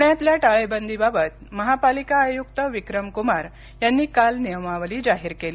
पुण्यातल्या टाळेबंदीबाबत महापालिका आयुक्त विक्रम कुमार यांनी काल नियमावली जाहीर केली